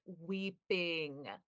weeping